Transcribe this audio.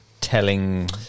Telling